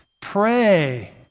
pray